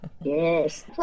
yes